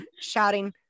shouting